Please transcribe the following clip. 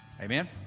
Amen